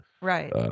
Right